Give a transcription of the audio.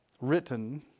written